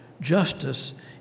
Justice